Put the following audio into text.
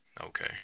Okay